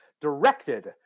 directed